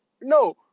no